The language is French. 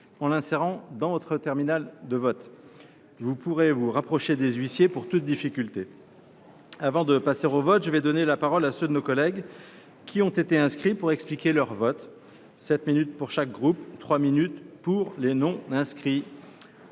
en l’insérant dans votre terminal de vote. Vous pourrez vous rapprocher des huissiers pour toute difficulté. Avant de passer au vote, je vais donner la parole à ceux de nos collègues qui ont été inscrits pour expliquer leur vote. La parole est à Mme Silvana Silvani, pour le groupe